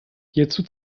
hierzu